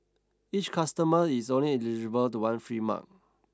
each customer is only eligible to one free mug